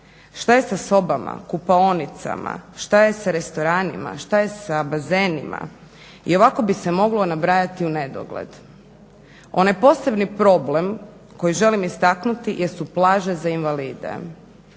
Šta je sa sobama, kupaonicama, šta je s restoranima, šta je sa bazenima i ovako bi se moglo nabrajati unedogled. Onaj posebni problem koji želim istaknuti jesu plaže za invalide.